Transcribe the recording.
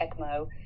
ECMO